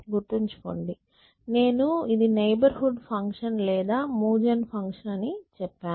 గుర్తుంచుకోండి నేను ఇది నైబర్ హుడ్ ఫంక్షన్ లేదా మూవ్ జెన్ ఫంక్షన్ అని చెప్పాను